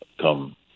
come